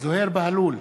זוהיר בהלול,